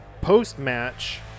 Post-match